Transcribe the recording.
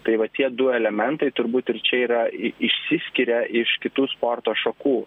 tai va tie du elementai turbūt ir čia yra išsiskiria iš kitų sporto šakų